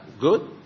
good